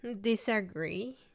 disagree